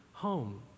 home